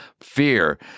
fear